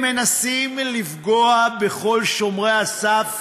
הם מנסים לפגוע בכל שומרי הסף